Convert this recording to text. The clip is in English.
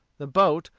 the boat,